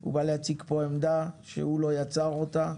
הוא בא להציג פה עמדה שהוא לא יצר אותה,